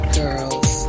girls